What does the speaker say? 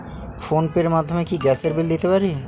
Phone pay র মাধ্যমে কি গ্যাসের বিল দিতে পারি?